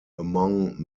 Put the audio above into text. among